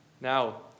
Now